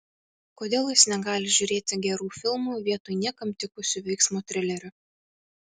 kodėl jis negali žiūrėti gerų filmų vietoj niekam tikusių veiksmo trilerių